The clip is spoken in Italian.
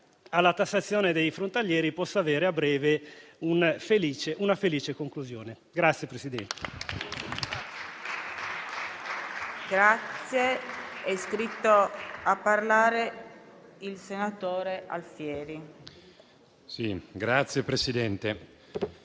alla tassazione dei frontalieri, possa avere a breve una felice conclusione.